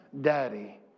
daddy